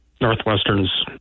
Northwestern's